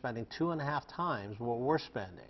spending two and a half times what we're spending